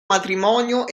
matrimonio